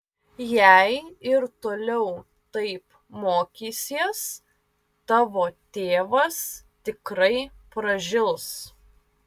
jei ir toliau taip mokysies tavo tėvas tikrai pražils